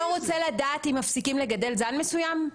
לא רוצה לדעת אם מפסיקים לגדל זן מסוים?